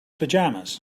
pajamas